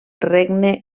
regne